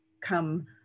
come